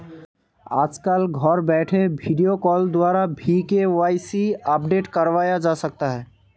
आजकल घर बैठे वीडियो कॉल द्वारा भी के.वाई.सी अपडेट करवाया जा सकता है